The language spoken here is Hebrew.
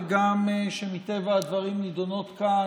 וגם שמטבע הדברים נדונות כאן,